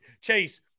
Chase